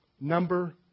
Number